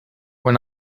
when